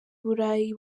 burayi